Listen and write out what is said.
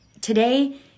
today